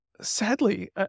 Sadly